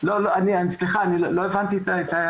כל מילה שלו